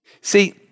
See